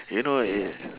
you know it